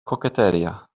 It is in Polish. kokieteria